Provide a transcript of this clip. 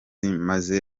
maze